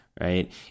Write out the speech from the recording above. right